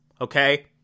okay